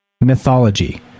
mythology